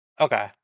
Okay